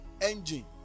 engine